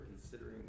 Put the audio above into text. considering